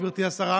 גברתי השרה,